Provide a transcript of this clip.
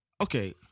okay